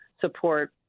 support